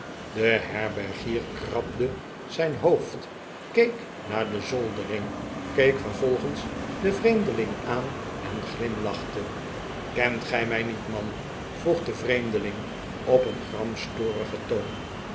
de herbergier krabde zijn hoofd keek naar de zoldering keek vervolgens den vreemdeling aan en glimlachte kcnt gij mij niet man vroeg de vreemdeling op een gramstorigen toon